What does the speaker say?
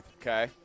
Okay